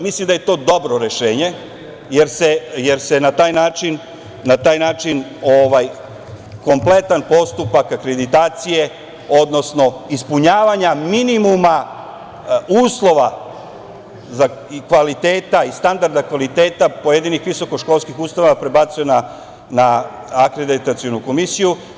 Mislim da je to dobro rešenje, jer se na taj način kompletan postupak akreditacije, odnosno ispunjavanja minimuma uslova, kvaliteta i standarda kvaliteta pojedinih visokoškolskih ustanova prebacuje na Akreditacionu komisiju.